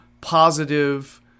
positive